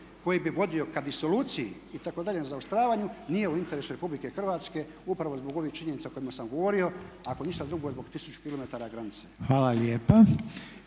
koji bi vodio ka disoluciji i tako daljem zaoštravanju nije u interesu RH upravo zbog ovih činjenica o kojima sam govorio. Ako ništa drugo zbog tisuću kilometara granice.